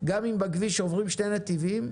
גם אם בכביש עוברים שתי נתיבים,